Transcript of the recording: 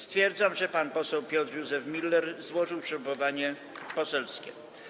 Stwierdzam, że pan poseł Piotr Józef Müller złożył ślubowanie poselskie.